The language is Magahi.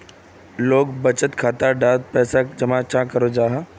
लोग बचत खाता डात पैसा जमा चाँ करो जाहा?